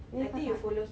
ya kakak